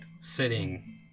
sitting